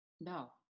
No